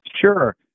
Sure